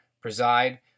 preside